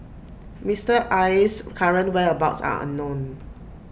Mister Aye's current whereabouts are unknown